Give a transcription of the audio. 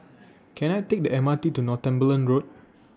Can I Take The M R T to Northumberland Road